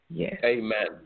Amen